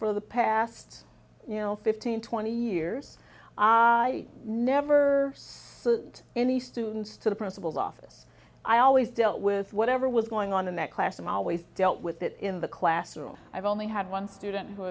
for the past fifteen twenty years i never did any students to the principal's office i always dealt with whatever was going on in that class and always dealt with it in the classroom i've only had one student who